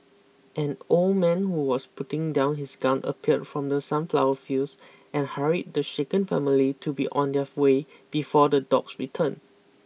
an old man who was putting down his gun appeared from the sunflower fields and hurried the shaken family to be on their way before the dogs return